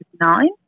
nine